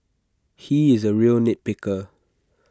he is A real nit picker